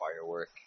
firework